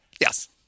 yes